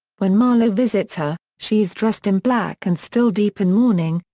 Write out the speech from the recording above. when marlow visits her, she is dressed in black and still deep in mourning,